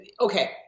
Okay